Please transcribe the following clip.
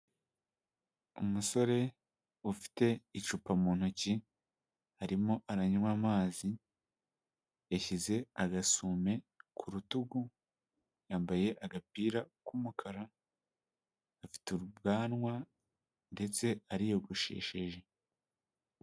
Umusore ufite icupa mu ntoki harimo aranywa amazi, yashyize agasume ku rutugu yambaye agapira k'umukara afite ubwanwa ndetse ariyogoshesheje.